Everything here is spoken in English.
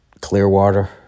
Clearwater